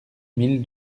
mille